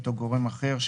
או גורם אחר,